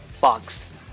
box